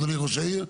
אדוני ראש העיר?